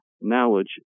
knowledge